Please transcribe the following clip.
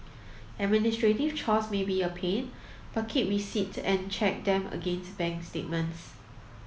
administrative chores may be a pain but keep receipts and check them against bank statements